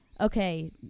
okay